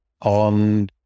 on